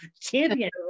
champion